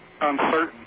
uncertain